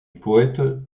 poète